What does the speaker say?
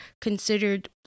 considered